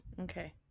Okay